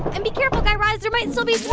and be careful, guy raz. there might still be